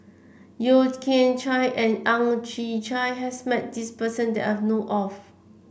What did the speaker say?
Yeo Kian Chye and Ang Chwee Chai has met this person that I know of